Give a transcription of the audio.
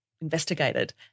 investigated